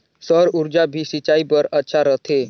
सौर ऊर्जा भी सिंचाई बर अच्छा रहथे?